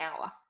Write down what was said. hour